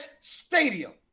Stadium